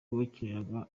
wakinaga